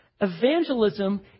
Evangelism